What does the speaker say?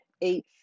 eight